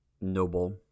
noble